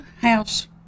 house